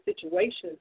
situations